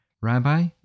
Rabbi